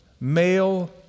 Male